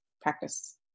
practice